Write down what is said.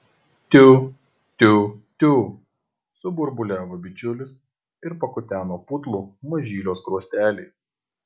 tiu tiu tiu suburbuliavo bičiulis ir pakuteno putlų mažylio skruostelį